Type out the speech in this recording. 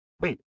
Wait